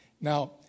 Now